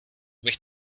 bych